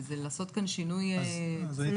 וזה לעשות כאן שינוי מודעות.